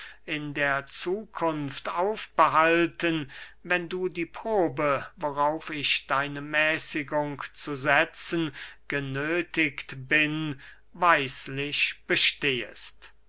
in der zukunft aufbehalten wenn du die probe worauf ich deine mäßigung zu setzen genöthigt bin weislich bestehest